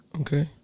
Okay